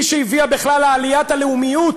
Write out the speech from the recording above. היא שהביאה בכלל לעליית הלאומיות,